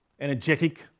energetic